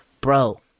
bro